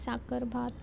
साकरभात